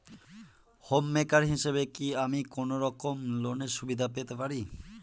Home maker হিসেবে কি আমি কোনো রকম লোনের সুবিধা পেতে পারি?